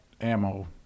ammo